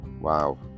Wow